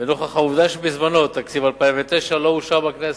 ונוכח העובדה שבזמנו תקציב 2009 לא אושר בכנסת.